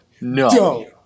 no